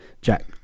Jack